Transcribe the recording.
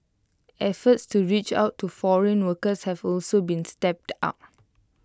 efforts to reach out to foreign workers have also been stepped up